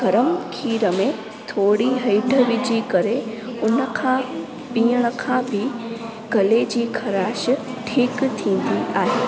गरम खीर में थोरी हैड विझी करे उन खां पीअण खां बि गले जी ख़राश ठीकु थींदी आहे